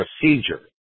procedure